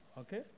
Okay